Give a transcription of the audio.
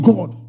God